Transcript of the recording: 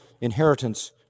inheritance